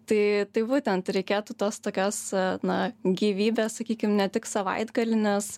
tai tai būtent reikėtų tos tokios na gyvybės sakykim ne tik savaitgalinės